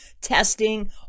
testing